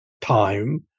time